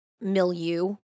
milieu